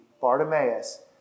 Bartimaeus